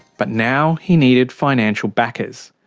but now he needed financial backers.